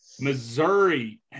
Missouri